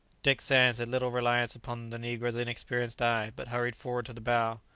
dick sands had little reliance upon the negro's inexperienced eye, but hurried forward to the bow.